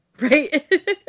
Right